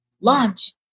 launch